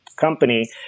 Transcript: company